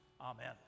amen